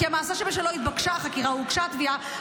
כי המעשה שבשלו התבקשה החקירה או הוגשה התביעה